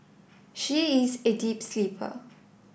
she is a deep sleeper